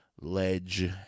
ledge